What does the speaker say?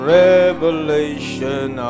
revelation